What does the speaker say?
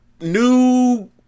new